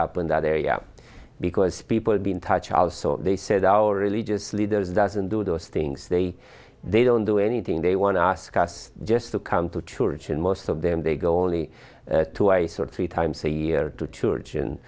up in that area because people have been touch our soul they said our religious leaders doesn't do those things they they don't do anything they want to ask us just to come to church and most of them they go only to ice or three times a year to church and